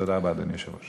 תודה רבה, אדוני היושב-ראש.